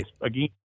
again